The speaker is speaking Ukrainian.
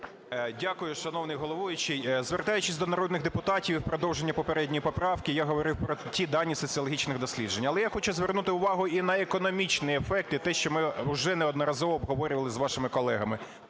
Дякую, шановний головуючий. Звертаючись до народних депутатів, і в продовження попередньої поправки я говорив про ті дані соціологічних досліджень. Але я хочу звернути увагу і на економічні ефекти, те, що ми вже неодноразово обговорювали з вашими колегами.